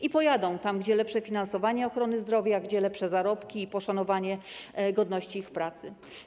I pojadą tam, gdzie lepsze finansowanie ochrony zdrowia, gdzie lepsze zarobki i większe poszanowanie godności ich pracy.